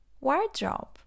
wardrobe